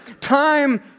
Time